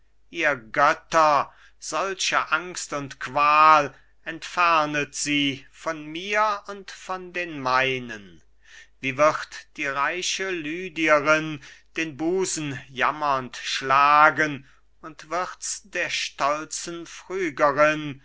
ihr götter solche angst und qual entfernet sie von mir und von den meinen wie wird die reiche lydierin den busen jammernd schlagen und wird's der stolzen